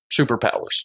superpowers